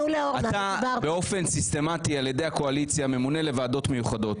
באופן סיסטמתי אתה ממונה על ידי הקואליציה לוועדות מיוחדות.